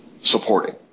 supporting